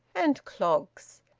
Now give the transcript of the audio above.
and clogs.